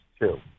two